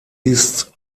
ist